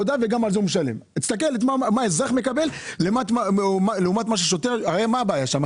תסתכל מה אזרח מקבל לעומת מה ששוטר מקבל.